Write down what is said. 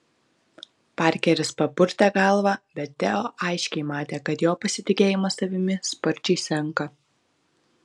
parkeris papurtė galvą bet teo aiškiai matė kad jo pasitikėjimas savimi sparčiai senka